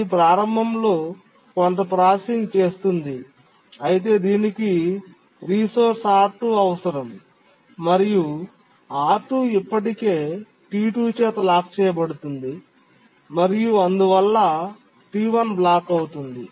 ఇది ప్రారంభంలో కొంత ప్రాసెసింగ్ చేస్తుంది అయితే దీనికి రిసోర్స్ R2 అవసరం మరియు R2 ఇప్పటికే T2 చేత లాక్ చేయబడింది మరియు అందువల్ల T1 బ్లాక్ అవుతుంది